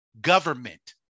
government